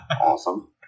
Awesome